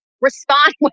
respond